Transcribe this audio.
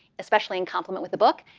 especially in complement with the book.